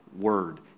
word